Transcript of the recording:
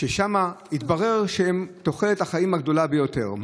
שם התברר שתוחלת החיים שלהם היא הגדולה ביותר.